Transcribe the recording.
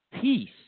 Peace